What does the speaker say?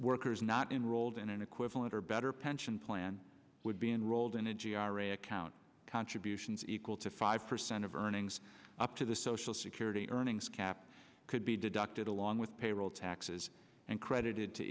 workers not enrolled in an equivalent or better pension plan would be enrolled in a g r a account contributions equal to five percent of earnings up to the social security earnings cap could be deducted along with payroll taxes and credited to